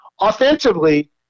Offensively